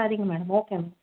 சரிங்க madam okay madam